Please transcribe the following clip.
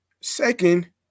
Second